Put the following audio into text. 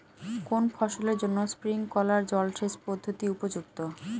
কোন ফসলের জন্য স্প্রিংকলার জলসেচ পদ্ধতি উপযুক্ত?